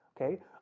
okay